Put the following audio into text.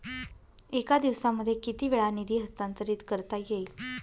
एका दिवसामध्ये किती वेळा निधी हस्तांतरीत करता येईल?